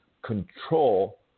Control